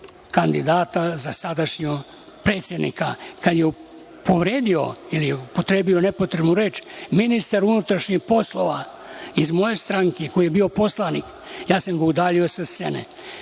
kandidata za sadašnjeg predsednika. Kada je povredio ili upotrebio nepotrebnu reč, ministra unutrašnjih poslova iz moje stranke, koji je bio poslanik, sam udaljio sa scene.